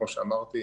כמו שאמרתי,